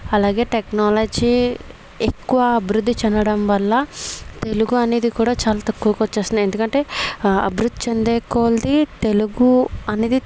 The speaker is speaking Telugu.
అలాగే టెక్నాలజీ ఎక్కువ అభివృద్ధి చెందడం వల్ల తెలుగు అనేది కూడా చాలా తక్కువగా వచ్చేస్తుంది ఎందుకంటే అభివృద్ధి చెందేకొలది తెలుగు అనేది తక్కువై